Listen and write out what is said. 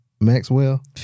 Maxwell